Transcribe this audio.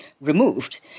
removed